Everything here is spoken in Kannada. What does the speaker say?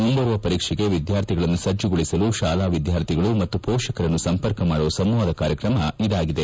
ಮುಂಬರುವ ಪರೀಕ್ಷೆಗೆ ವಿದ್ಯಾರ್ಥಿಗಳನ್ನು ಸಜ್ಜಗೊಳಿಸಲು ಶಾಲಾ ವಿದ್ಯಾರ್ಥಿಗಳು ಮತ್ತು ಮೋಷಕರನ್ನು ಸಂಪರ್ಕ ಮಾಡುವ ಸಂವಾದ ಕಾರ್ಯಕ್ರಮ ಇದಾಗಿದೆ